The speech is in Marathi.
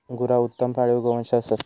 गुरा उत्तम पाळीव गोवंश असत